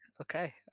Okay